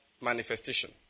manifestation